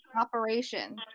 operation